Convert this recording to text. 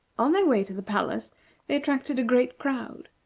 on their way to the palace they attracted a great crowd,